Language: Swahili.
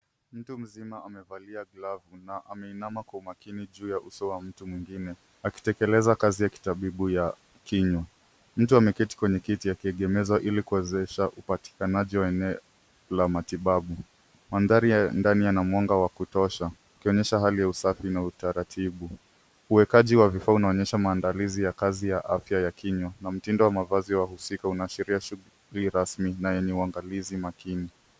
Mtu mzima amevalia glavu na ameinama kwa umakini juu ya uso mtu mwingine akitekeleza kazi ya kitabibu ya kinywa. Mtu ameketi kwenye kiti akiegemzwa ili kuwezesha upatikanaji wa nywele la matibabu. Mandhari ya ndani yana mwanga ikionyesha hali ya usafi na utaratibu. Uwekaji wa vifaa unaonyesha maandilizi ya afya ya kinywa na mtindo wa mavazi husika unaashiria shughuli rasmi na yenye uangalizi makini.